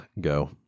go